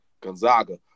Gonzaga